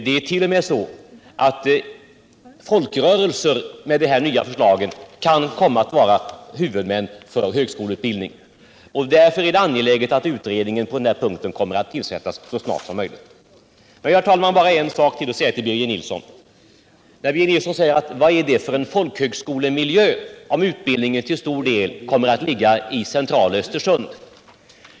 Det är t.o.m. så med det nya förslaget att folkrörelser kan komma att vara huvudmän för högskoleutbildning. Därför är det angeläget att en utredning tillsätts så snart som möjligt. Birger Nilsson frågar vad det är för folkhögskolemiljö om utbildningen till stor del ligger i det centrala Östersund.